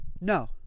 No